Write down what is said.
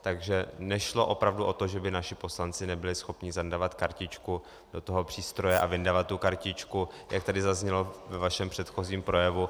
Takže nešlo opravdu o to, že by naši poslanci nebyli schopni zandavat kartičku do toho přístroje a vyndavat tu kartičku, jak tady zaznělo ve vašem předchozím projevu.